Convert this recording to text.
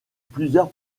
plusieurs